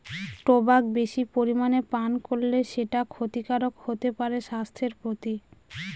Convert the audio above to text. tobacco বেশি পরিমানে পান করলে সেটা ক্ষতিকারক হতে পারে স্বাস্থ্যের প্রতি